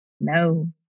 no